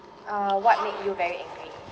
uh what make you very angry